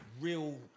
real